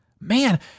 man